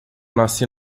nasci